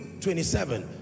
27